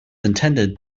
intended